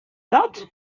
echt